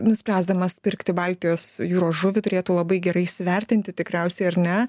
nuspręsdamas pirkti baltijos jūros žuvį turėtų labai gerai įsivertinti tikriausiai ar ne